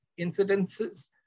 incidences